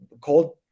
Cold